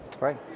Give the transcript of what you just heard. Right